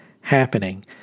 happening